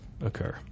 occur